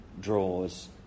draws